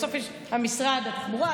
כשכתוב "משרד התחבורה",